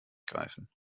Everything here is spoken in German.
greifen